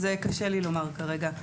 את זה קשה לי לומר כרגע.